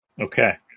Okay